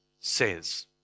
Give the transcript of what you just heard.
says